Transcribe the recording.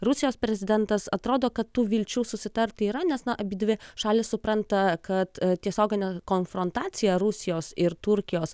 rusijos prezidentas atrodo kad tų vilčių susitarti yra nes na abidvi šalys supranta kad tiesioginė konfrontacija rusijos ir turkijos